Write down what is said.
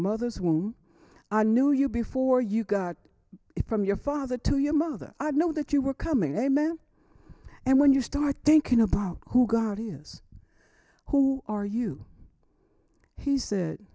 mother's womb i knew you before you got it from your father to your mother i know that you were coming amen and when you start thinking about who god is who are you he said